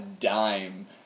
dime